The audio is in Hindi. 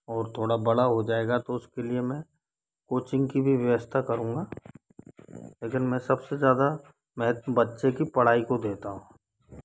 और थोड़ा बड़ा हो जाएगा तो उसके लिए मैं कोचिंग की भी व्यवस्था करूँगा लेकिन मैं सबसे ज़्यादा महत्व बच्चे की पढ़ाई को देता हूँ